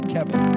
Kevin